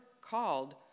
called